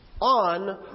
on